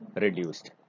reduced